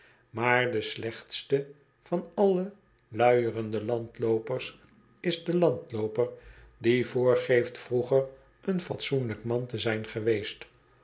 maar de slechtste van alle luierende landloopers is de landlooper die voorgeeft vroeger een fatsoenlijk man te zijn geweest